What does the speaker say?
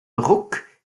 ruck